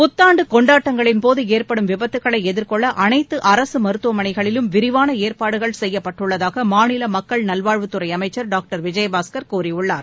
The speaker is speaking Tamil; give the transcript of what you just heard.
புத்தாண்டு கொண்டாட்டங்களின்போது ஏற்படும் விபத்துக்களை எதிர்கொள்ள அனைத்து அரசு மருத்துவமனைகளிலும் விரிவான ஏற்பாடுகள் செய்யப்பட்டுள்ளதாக மாநில மக்கள் நல்வாழ்வுத்துறை அமைச்சர் டாக்டர் விஜயபாஸ்கர் கூறியுள்ளார்